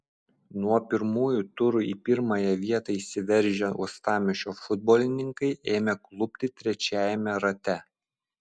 nuo pirmųjų turų į pirmąją vietą išsiveržę uostamiesčio futbolininkai ėmė klupti trečiajame rate